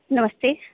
नमस्ते